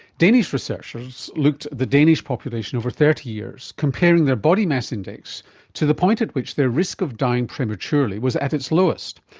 danish researchers looked at the danish population over thirty years, comparing their body mass index to the point at which their risk of dying prematurely was at its lowest.